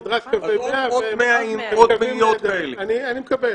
אני מקבל.